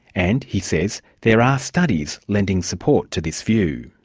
and he says, there are studies lending support to this view.